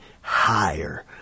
higher